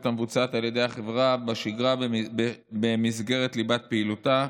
המבוצעת על ידי החברה בשגרה במסגרת ליבת פעילותה,